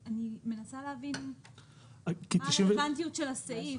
אני מנסה להבין מה הרלוונטיות של הסעיף.